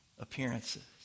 appearances